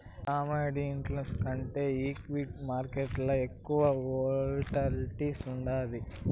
కమోడిటీస్ల కంటే ఈక్విటీ మార్కేట్లల ఎక్కువ వోల్టాలిటీ ఉండాది